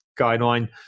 guideline